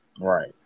Right